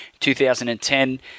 2010